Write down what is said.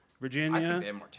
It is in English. Virginia